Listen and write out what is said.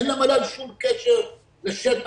אין למל"ל שום קשר לשטח,